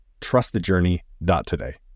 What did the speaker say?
trustthejourney.today